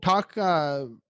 talk